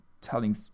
telling